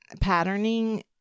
patterning